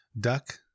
Duck